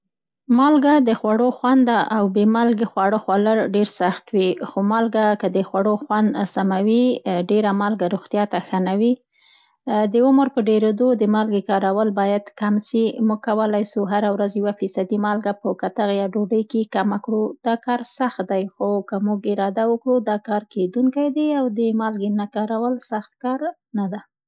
مالګه د خوړو خوند ده او بې مالګې خواړه خوړل ډېر سخت وي، خو مالګه که د خوړو خوند سموي ،ډېره مالګه روغتیا ته ښه نه وي. د عمر په ډېرېدو د مالګې کارول باید کم سي. موږ کولای سو، هر ورځ یوه فیصدي مالګه په کتغ یا ډوډۍ کې کمه کړو، دا کار سخت دی؛ خو که موږ اراده وکړو دا کار کېدونکی دې او د مالګې نه کارول سخت کار نه ده.